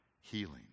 healing